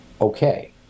okay